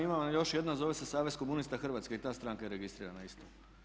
Ima vam još jedna a zove se Savez komunista Hrvatske i ta stranka je registrirana isto.